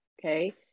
okay